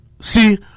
See